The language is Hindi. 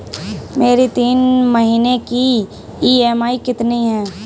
मेरी तीन महीने की ईएमआई कितनी है?